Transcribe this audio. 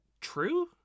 true